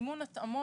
לגבי מימון התאמות.